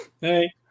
Hey